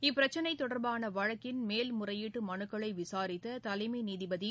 இப்பிரச்சினைதொடர்பானவழக்கின் முறையீட்டுமனுக்களைவிசாரித்ததலைமைநீதிபதிதிரு